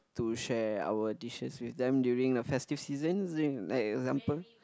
to share our dishes with them during the festive seasons like example